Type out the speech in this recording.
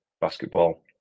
basketball